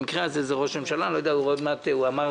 במקרה הזה הוא ראש הממשלה --- אני מניח